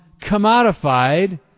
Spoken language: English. commodified